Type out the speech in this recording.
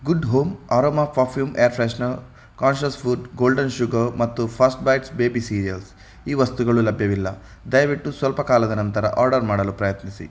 good Home aroma perfume air freshener Conscious Food golden sugar ಮತ್ತು First Bites baby cereals ಈ ವಸ್ತುಗಳು ಲಭ್ಯವಿಲ್ಲ ದಯವಿಟ್ಟು ಸ್ವಲ್ಪ ಕಾಲದ ನಂತರ ಆರ್ಡರ್ ಮಾಡಲು ಪ್ರಯತ್ನಿಸಿ